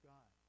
God